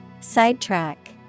Sidetrack